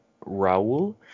Raul